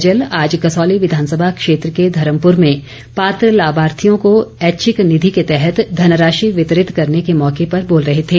सैजल आज कसौली विधानसभा क्षेत्र के धर्मपूर में पात्र लाभार्थियों को ऐच्छिक निधि के तहत धनराशि वितरित करने के मौके पर बोल रहे थे